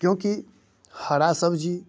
क्योंकि हरा सब्जी